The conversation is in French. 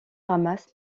ramasse